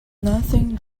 nothing